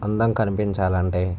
అందం కనిపించాలంటే